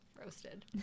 roasted